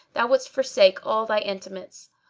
thou wouldst forsake all thy intimates.